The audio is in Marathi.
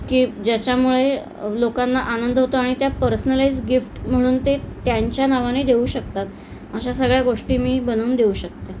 की ज्याच्यामुळे लोकांना आनंद होतो आणि त्या पर्सनलाइज गिफ्ट म्हणून ते त्यांच्या नावाने देऊ शकतात अशा सगळ्या गोष्टी मी बनवून देऊ शकते